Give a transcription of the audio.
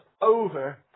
over